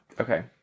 Okay